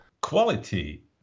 quality